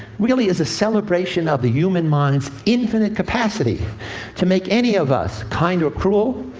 really is a celebration of the human mind's infinite capacity to make any of us kind or cruel,